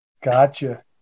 Gotcha